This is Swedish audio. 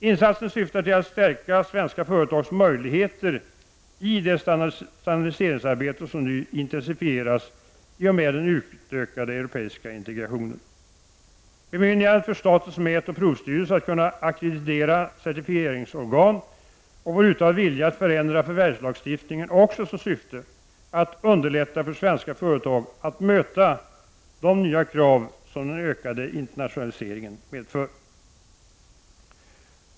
Insatsen syftar till att stärka svenska företags möjligheter i det standardiseringsarbete som nu intensifieras i och med den utökade europeiska integrationen. Bemyndigandet för statens mätoch provstyrelse att kunna ackreditera certifieringsorgan och vår uttalade vilja att förändra förvärvslagstiftningen har också som syfte att underlätta för svenska företag att möta de nya krav som den ökade internationaliseringen medför.